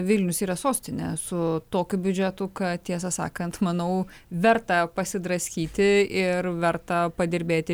vilnius yra sostinė su tokiu biudžetu kad tiesą sakant manau verta pasidraskyti ir verta padirbėti